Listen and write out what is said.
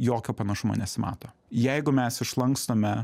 jokio panašumo nesimato jeigu mes išlankstome